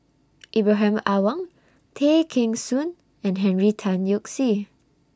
Ibrahim Awang Tay Kheng Soon and Henry Tan Yoke See